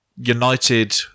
United